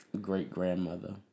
great-grandmother